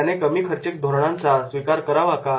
त्याने कमी खर्चिक धोरणांचा स्वीकार करावा का